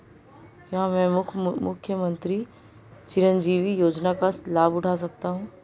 क्या मैं मुख्यमंत्री चिरंजीवी योजना का लाभ उठा सकता हूं?